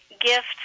gifts